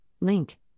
link